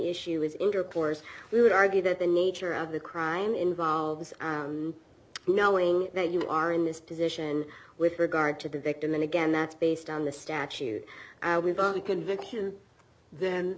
issue is intercourse we would argue that the nature of the crime involves knowing that you are in this position with regard to the victim and again that's based on the statute the conviction then